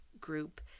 group